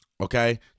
Okay